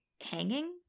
hanging